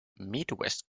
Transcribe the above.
midwest